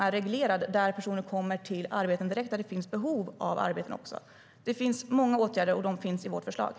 Då kommer personer i arbete direkt och där det också finns behov av det. Det finns många åtgärder, och de finns i vårt förslag.